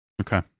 okay